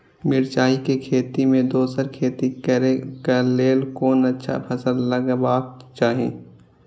मिरचाई के खेती मे दोसर खेती करे क लेल कोन अच्छा फसल लगवाक चाहिँ?